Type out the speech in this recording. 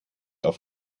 auf